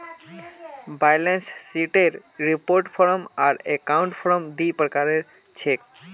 balance शीटेर report form आर account form दी प्रकार छिके